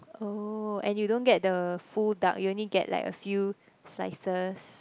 oh and you don't get the full duck you only get like a few slices